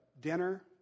dinner